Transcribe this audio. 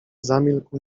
zamilkł